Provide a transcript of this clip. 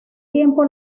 tiempo